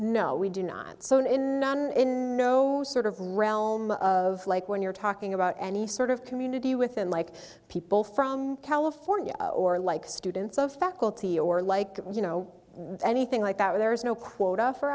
no we do not so in no sort of realm of like when you're talking about any sort of community within like people from california or like students of faculty or like you know anything like that there's no quota for